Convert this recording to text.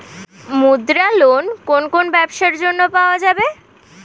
মুদ্রা লোন কোন কোন ব্যবসার জন্য পাওয়া যাবে?